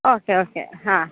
okay okay ಹಾಂ